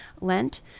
Lent